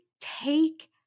take